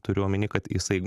turiu omeny kad jisai